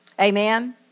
Amen